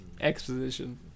exposition